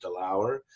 DeLauer